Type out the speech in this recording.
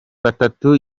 batatu